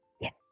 Yes